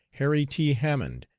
harry t. hammond,